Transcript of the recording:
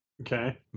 Okay